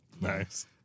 Nice